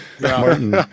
Martin